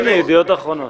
הינה, ידיעות אחרונות.